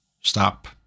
stop